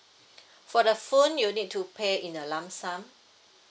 for the phone you need to pay in a lump sum